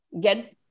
get